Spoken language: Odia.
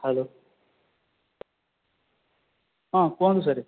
ହ୍ୟାଲୋ ହଁ କୁହନ୍ତୁ ସାର୍